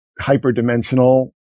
hyperdimensional